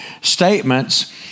statements